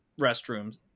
restrooms